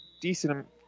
decent